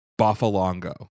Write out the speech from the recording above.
Buffalongo